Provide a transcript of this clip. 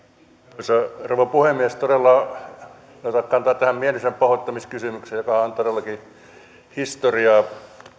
arvoisa rouva puhemies en ota kantaa tähän mielensäpahoittamiskysymykseen joka on todellakin historiaa